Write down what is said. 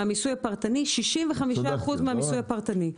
65 אחוזים מהמיסוי הפרטני.